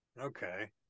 Okay